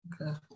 Okay